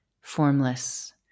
formless